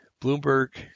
Bloomberg